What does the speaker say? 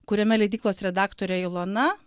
kuriame leidyklos redaktorė ilona